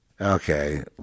Okay